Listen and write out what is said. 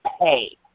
pay